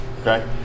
okay